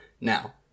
now